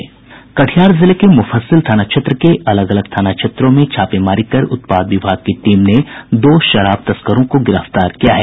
कटिहार जिले के मुफस्सिल थाना क्षेत्र के अलग अलग थाना क्षेत्रों में छापेमारी कर उत्पाद विभाग की टीम ने दो शराब तस्करों को गिरफ्तार किया है